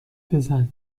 بزن